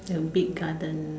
a big garden